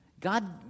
God